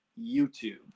YouTube